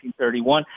1931